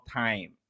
time